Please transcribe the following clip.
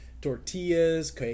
tortillas